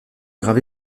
gravé